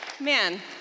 Man